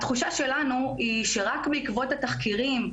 התחושה שלנו היא שרק בעקבות התחקירים,